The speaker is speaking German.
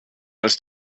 ist